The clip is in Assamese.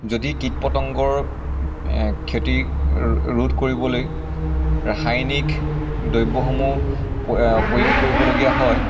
যদি কীট পতংগৰ খেতি ৰোধ কৰিবলৈ ৰাসায়নিক দ্ৰব্যসমূহ প প্ৰয়োগ কৰিবলগীয়া হয়